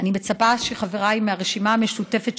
אני מצפה שחבריי מהרשימה המשותפת,